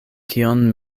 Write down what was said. kion